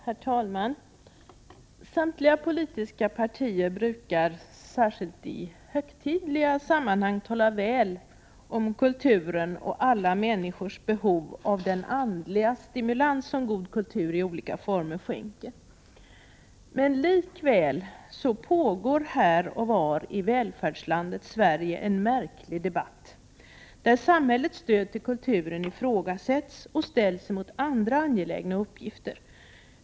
Herr talman! Samtliga politiska partier brukar — särskilt i högtidliga sammanhang -— tala väl om kulturen och alla människors behov av den andliga stimulans som god kultur i olika former skänker. Likväl pågår här och var i välfärdslandet Sverige en märklig debatt, där samhällets stöd till kulturen ifrågasätts och ställs mot andra angelägna uppgifter.